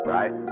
Right